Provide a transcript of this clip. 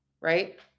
right